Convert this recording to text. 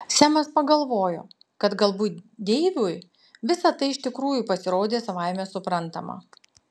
semas pagalvojo kad galbūt deivui visa tai iš tikrųjų pasirodė savaime suprantama